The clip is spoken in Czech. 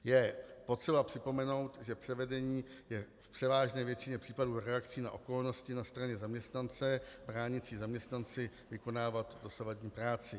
Je potřeba připomenout, že převedení je v převážné většině případů reakcí na okolnosti na straně zaměstnance bránící zaměstnanci vykonávat dosavadní práci.